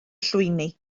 llwyni